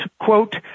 quote